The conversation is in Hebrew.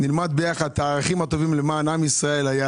נלמד ביחד עם הערכים הטובים למען עם ישראל ולמען